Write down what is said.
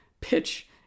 pitch